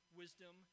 wisdom